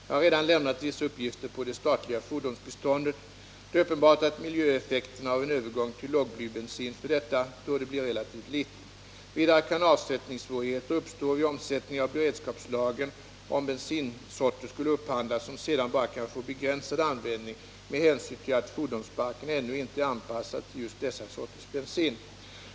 Jag har redan lämnat vissa uppgifter om det statliga fordonsbeståndet. Det är uppenbart att miljöeffekterna av en övergång till lågblybensin för detta torde bli relativt liten. Vidare kan avsättningssvårigheter uppstå vid omsättning av beredskapslagren om bensinsorter skulle upphandlas, som sedan bara kan få begränsad användning med hänsyn till att fordonsparken ännu inte är anpassad till just dessa sorters bensin.